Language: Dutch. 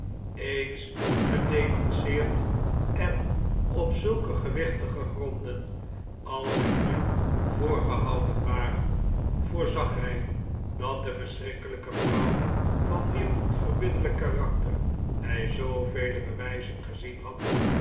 eens gedenonceerd en op zulke gewichtige gronden als hem nu voorgehouden waren voorzag hij dat de verschrikkelijke vrouw van wier onverbiddelijk karakterhij zoovele bewijzen gezien had